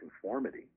conformity